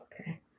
Okay